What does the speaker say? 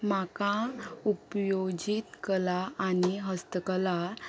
म्हाका उपयोजीत कला आनी हस्तकला